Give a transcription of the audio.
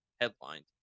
headlined